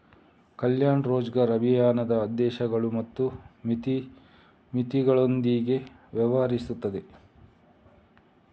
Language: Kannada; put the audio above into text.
ಕಲ್ಯಾಣ್ ರೋಜ್ಗರ್ ಅಭಿಯಾನದ ಉದ್ದೇಶಗಳು ಮತ್ತು ಮಿತಿಗಳೊಂದಿಗೆ ವ್ಯವಹರಿಸುತ್ತದೆ